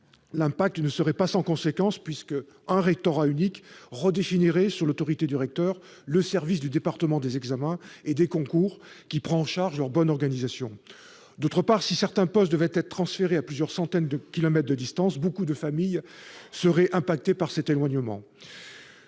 l'impact ne serait pas sans conséquence puisqu'un rectorat unique redéfinirait, sous l'autorité du recteur, le service du département des examens et des concours, qui prend en charge la bonne organisation de ceux-ci. Par ailleurs, si certains postes devaient être transférés à plusieurs centaines de kilomètres de distance, beaucoup de familles seraient impactées par cet éloignement.